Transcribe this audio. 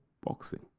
boxing